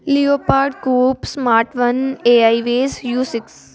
ਲਿਓਪਾਰਟ cops smart one always you six